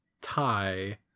tie